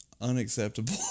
Unacceptable